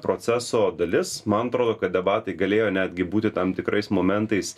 proceso dalis man atrodo kad debatai galėjo netgi būti tam tikrais momentais